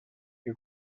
che